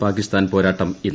പാകിസ്ഥാൻ പോരാട്ടം ഇന്ന്